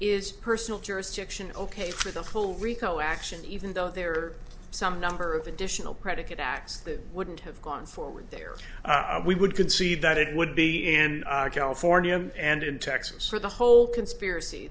is personal jurisdiction ok for the full rico action even though there are some number of additional predicate acts that wouldn't have gone forward there we would concede that it would be in california and in texas for the whole conspiracy